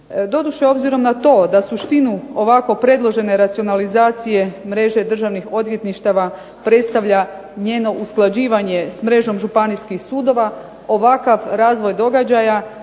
Doduše, obzirom na to da suštinu ovako predložene racionalizacije mreže državnih odvjetništava predstavlja njeno usklađivanje s mrežom županijskih sudova, ovakav razvoj događaja